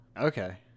Okay